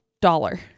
dollar